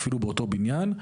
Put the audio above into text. אפילו באותו בניין,